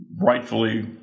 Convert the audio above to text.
rightfully